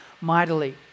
mightily